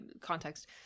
context